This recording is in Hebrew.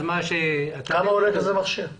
כמה עולה מכשיר כזה?